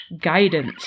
guidance